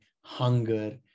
hunger